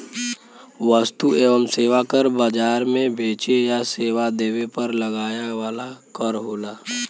वस्तु एवं सेवा कर बाजार में बेचे या सेवा देवे पर लगाया वाला कर होला